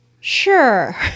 Sure